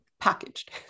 packaged